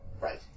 Right